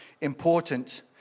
important